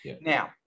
Now